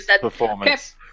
performance